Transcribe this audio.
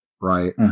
right